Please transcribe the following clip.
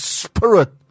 spirit